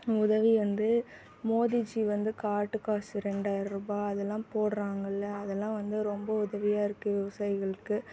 உதவி வந்து மோடிஜி வந்து காட்டு காசு ரெண்டாயிரம் ரூபாய் அதெல்லாம் போடுறாங்களே அதெல்லாம் வந்து ரொம்ப உதவியாக இருக்குது விவசாயிகளுக்கு